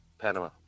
Panama